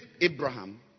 Abraham